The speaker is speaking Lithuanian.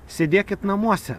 sėdėkit namuose